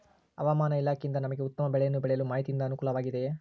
ಹವಮಾನ ಇಲಾಖೆಯಿಂದ ನಮಗೆ ಉತ್ತಮ ಬೆಳೆಯನ್ನು ಬೆಳೆಯಲು ಮಾಹಿತಿಯಿಂದ ಅನುಕೂಲವಾಗಿದೆಯೆ?